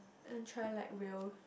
and try like real